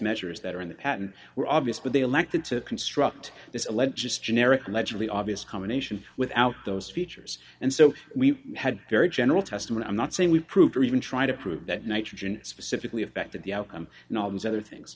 measures that are in the patent were obvious but they elected to construct this alleged just generic allegedly obvious combination without those features and so we had a very general testament i'm not saying we've proved or even try to prove that nitrogen specifically affected the outcome and all those other things